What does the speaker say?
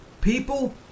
People